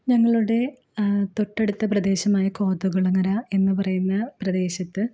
ഞങ്ങളുടെ തൊട്ടടുത്ത പ്രദേശമായ കോതകുളങ്ങര എന്ന് പറയുന്ന പ്രദേശത്ത്